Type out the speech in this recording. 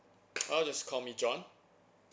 uh just call me john